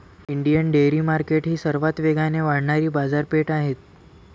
Indian dairy market ही सर्वात वेगाने वाढणारी बाजारपेठ आहे